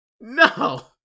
No